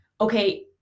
okay